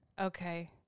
Okay